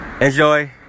Enjoy